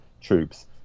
troops